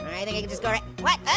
i think i just go right. what?